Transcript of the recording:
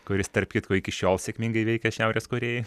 kuris tarp kitko iki šiol sėkmingai veikia šiaurės korėjai